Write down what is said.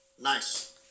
Nice